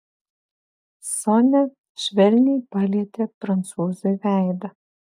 sonia švelniai palietė prancūzui veidą